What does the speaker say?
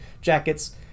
jackets